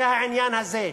זה העניין הזה,